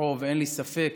פיקוחו ואין לי ספק